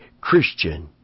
Christian